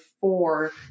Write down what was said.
four